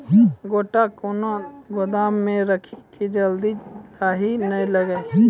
गोटा कैनो गोदाम मे रखी की जल्दी लाही नए लगा?